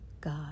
God